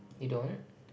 you don't